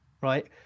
right